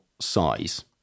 size